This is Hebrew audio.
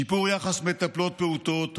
שיפור יחס מטפלות פעוטות,